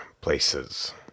places